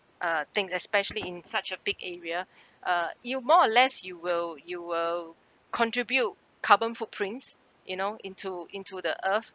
uh things especially in such a big area uh you more or less you will you will contribute carbon footprints you know into into the earth